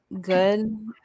good